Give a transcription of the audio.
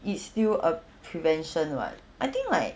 it's still a prevention [what] I think like